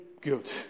good